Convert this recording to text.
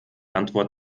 antwort